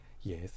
Yes